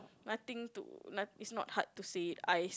nothing to no~ it's not hard to say Ais